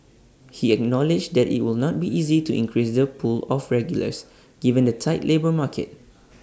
he acknowledged that IT will not be easy to increase the pool of regulars given the tight labour market